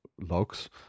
logs